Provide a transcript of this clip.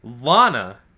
Lana